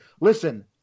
listen